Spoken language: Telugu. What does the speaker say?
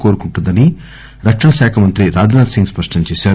కోరుకుంటుందని రక్షణ శాఖ మంత్రి రాజ్ నాథ్ సింగ్ స్పష్టం చేశారు